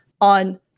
on